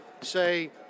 say